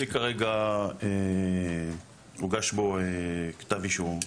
התיק כרגע, הוגש בו כתב אישום.